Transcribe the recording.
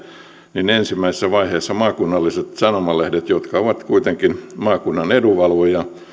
niin ensimmäisessä vaiheessa maakunnalliset sanomalehdet jotka ovat kuitenkin maakunnan edunvalvojia